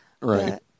Right